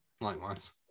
Likewise